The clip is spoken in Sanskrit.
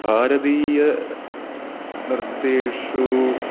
भारतीयनृत्तेषु